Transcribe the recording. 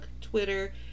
Twitter